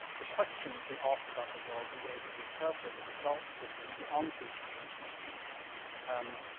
the questions we ask about the world, the way we interpret the results of, the the answers to those questions um,